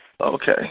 Okay